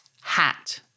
hat